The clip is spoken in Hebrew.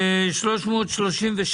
הצבעה אושר.